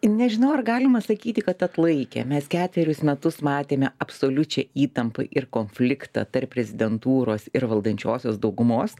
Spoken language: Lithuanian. nežinau ar galima sakyti kad atlaikė mes ketverius metus matėme absoliučią įtampą ir konfliktą tarp prezidentūros ir valdančiosios daugumos